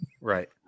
Right